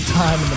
time